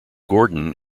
gordon